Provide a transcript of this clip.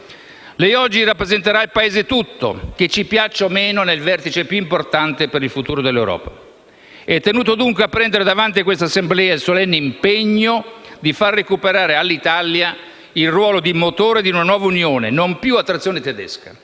Lei oggi rappresenterà il Paese tutto, che ci piaccia o no, nel vertice più importante per il futuro dell'Europa. È tenuto dunque a prendere, davanti a questa Assemblea, il solenne impegno di far recuperare all'Italia il ruolo di motore di una nuova Unione, non più a trazione tedesca.